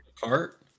cart